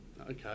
Okay